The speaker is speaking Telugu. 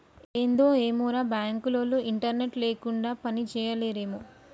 ఏందో ఏమోరా, బాంకులోల్లు ఇంటర్నెట్ లేకుండ పనిజేయలేరేమో